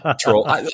troll